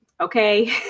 Okay